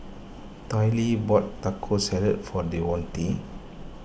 Tyree bought Taco Salad for Devonte